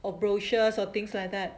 or brochures or things like that